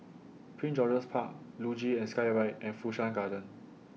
Prince George's Park Luge and Skyride and Fu Shan Garden